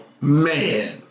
man